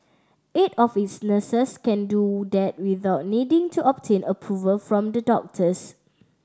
eight of its nurses can do that without needing to obtain approval from the doctors